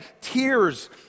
tears